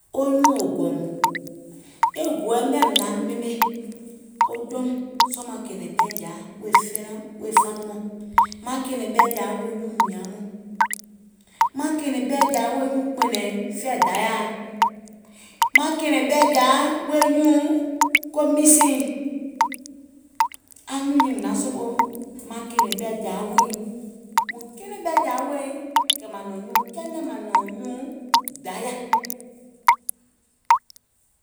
O nyùùŋ ò gòìm, e goɛ̀ miàŋ mìŋ naŋ ɓemè, o jɔùŋ, sɔɔ̀ maŋ kɛ̀ɛ̀nɛ̀ŋ ɓɛ̀ɛ̀jàa wèè felaa, wèè faniŋ mɔɔ̀ŋ, maŋ kɛ̀ɛ̀nɛ̀ŋ ɓɛ̀ɛ̀jàa wèè nyuùŋ nìaŋ mɔɔŋ, maŋ kɛ̀ɛ̀nɛ̀ŋ ɓɛ̀ɛ̀jàa wèè nyuùŋ kpɛ̀nɛ̀ŋ fɛ̀ì Dayàa, maŋ kɛ̀ɛ̀nɛ̀ŋ ɓɛ̀ɛ̀jàa wèè nyʋ̀ùŋ ko mìsiìiŋ, anyùùŋ nyiiŋ maŋ sopòò maŋ kɛ̀ɛ̀nɛ̀ŋ ɓɛ̀ɛ̀jàa weè nyiŋ. Mùŋ kɛɛnɛ̀ŋ ɓɛ̀ɛ̀jȧa weè nyiŋ kɛ̀ màŋ nɔ̀ŋ nyuùŋ kɛnɛ, kɛ̀ màŋ nɔ̀ŋ nyùʋ̀ŋ Dayà.